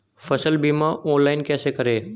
फसल बीमा ऑनलाइन कैसे करें?